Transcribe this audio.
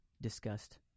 discussed